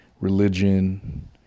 religion